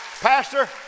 Pastor